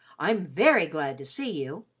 i'm very glad to see you.